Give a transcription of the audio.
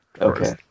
Okay